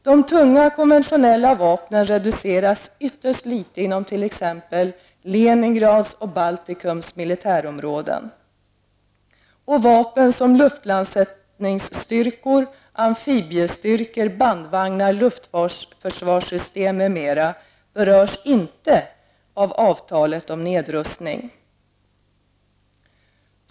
De tunga konventionella vapnen reduceras ytterst litet inom t.ex. Leningrads och Baltikums militärområden, och vapen som luftlandsättningsstyrkor, amfibiestyrkor, bandvagnar, luftförsvarssystem m.m. berörs inte av avtalet om nedrustning.